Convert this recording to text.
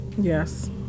Yes